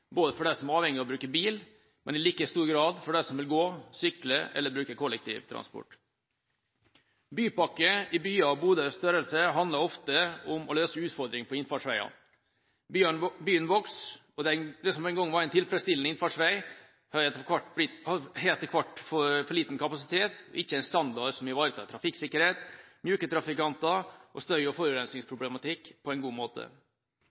for dem som er avhengige av å bruke bil, og i like stor grad for dem som vil gå, sykle eller bruke kollektivtransport. Bypakker i byer av Bodøs størrelse handler ofte om å løse utfordringer på innfartsveiene. Byen vokser, og den veien som en gang var en tilfredsstillende innfartsvei, har etter hvert for liten kapasitet og ikke en standard som ivaretar trafikksikkerhet, myke trafikanter og støy- og forurensningsproblematikk på en god måte.